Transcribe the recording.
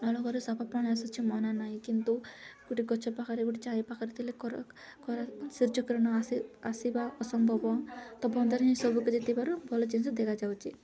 ନଳକୂଅରେ ସଫା ପାଣି ଆସୁଛି ମନାନାହିଁ କିନ୍ତୁ ଗୋଟେ ଗଛ ପାଖରେ ଗୋଟେ ଛାଇ ପାଖରେ ଥିଲେ ସୂର୍ଯ୍ୟକିରଣ ଆସି ଆସିବା ଅସମ୍ଭବ ତ ବନ୍ଧରେ ହିଁ ସବୁକିଛି ଥିବାରୁ ଭଲ ଜିନିଷ ଦେଖାଯାଉଛି